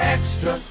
Extra